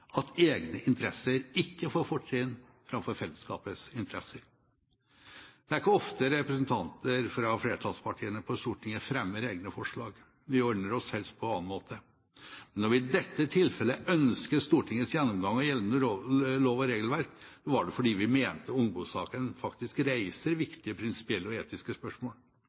at egne interesser ikke får fortrinn framfor fellesskapets interesser. Det er ikke ofte at representanter fra flertallspartiene på Stortinget fremmer egne forslag. Vi ordner oss helst på annen måte. Men når vi i dette tilfellet ønsker Stortingets gjennomgang av gjeldende lover og regelverk, er det fordi vi mener at Ungbo-saken faktisk reiser viktige prinsipielle og etiske spørsmål.